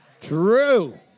True